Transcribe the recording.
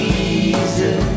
easy